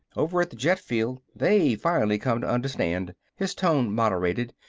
over at the jet-field they finally come to understand. his tone moderated.